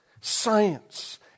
science